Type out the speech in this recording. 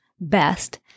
best